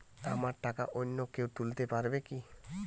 আমার টাকা অন্য কেউ তুলতে পারবে কি?